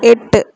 எட்டு